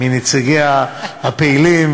מנציגיה הפעילים,